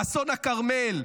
אסון הכרמל,